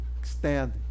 extend